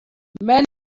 many